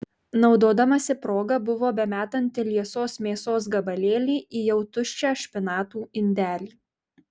naudodamasi proga buvo bemetanti liesos mėsos gabalėlį į jau tuščią špinatų indelį